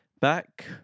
Back